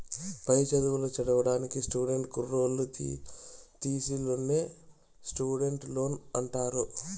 పై చదువులు చదివేదానికి స్టూడెంట్ కుర్రోల్లు తీసీ లోన్నే స్టూడెంట్ లోన్ అంటారు